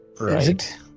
right